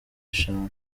eshanu